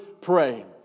pray